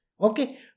Okay